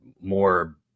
more